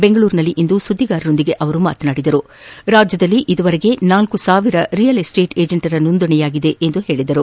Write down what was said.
ಬೆಂಗಳೂರಿನಲ್ಲಿಂದು ಸುದ್ದಿಗಾರರೊಂದಿಗೆ ಮಾತನಾಡಿದ ಅವರು ರಾಜ್ಯದಲ್ಲಿ ಇದುವರೆಗೆ ನಾಲ್ಲು ಸಾವಿರ ರಿಯಲ್ ಎಸ್ಸೇಟ್ ಏಜೆಂಟರ ಸೋಂದಣಿ ಮಾಡಲಾಗಿದೆ ಎಂದರು